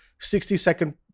60-second